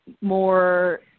more